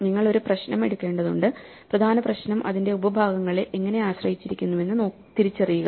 നിങ്ങൾ ഒരു പ്രശ്നം എടുക്കേണ്ടതുണ്ട് പ്രധാന പ്രശ്നം അതിന്റെ ഉപഭാഗങ്ങളെ എങ്ങനെ ആശ്രയിച്ചിരിക്കുന്നുവെന്ന് തിരിച്ചറിയുക